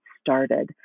started